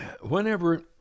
whenever